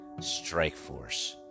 Strikeforce